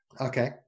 Okay